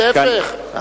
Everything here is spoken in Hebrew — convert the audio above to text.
להיפך,